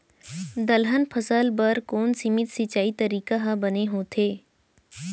दलहन फसल बर कोन सीमित सिंचाई तरीका ह बने होथे?